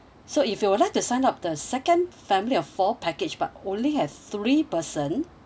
so if you would like to sign up the second family of four package but only have three person